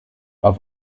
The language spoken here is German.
auf